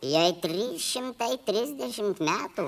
jai trys šimtai trisdešimt metų